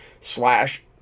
slash